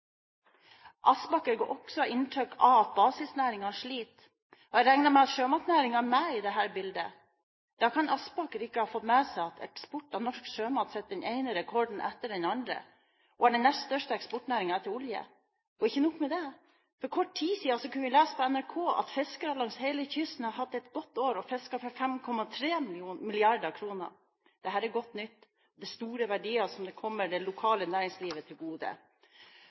Aspaker ga også inntrykk av at basisnæringene sliter. Jeg regner med at sjømatnæringen er med i det bildet. Da kan Aspaker ikke ha fått med seg at eksport av norsk sjømat setter den ene rekorden etter den andre, og er den nest største eksportnæringen etter olje. Ikke nok med det, for kort tid siden kunne vi lese på NRK at fiskere langs hele kysten har hatt et godt år og fisket for 5,3 mrd. kr. Dette er godt nytt. Det er store verdier som kommer det lokale næringslivet til gode.